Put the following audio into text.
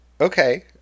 Okay